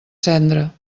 cendra